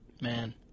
Man